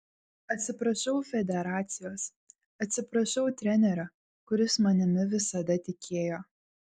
atsiprašau federacijos atsiprašau trenerio kuris manimi visada tikėjo